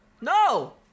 No